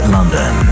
London